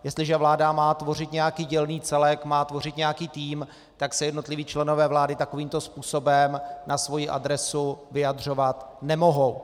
Jestliže vláda má tvořit nějaký dělný celek, má tvořit nějaký tým, tak se jednotliví členové vlády takovým to způsobem na svoji adresu vyjadřovat nemohou.